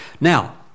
Now